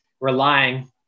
relying